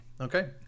Okay